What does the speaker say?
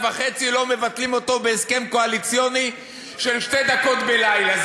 וחצי לא מבטלים אותם בהסכם קואליציוני של שתי דקות בלילה.